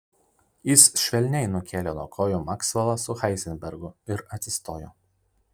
jis švelniai nukėlė nuo kojų maksvelą su heizenbergu ir atsistojo